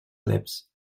lips